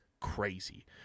crazy